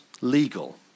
Legal